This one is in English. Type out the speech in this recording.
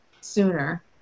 sooner